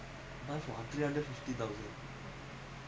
four room then buy the house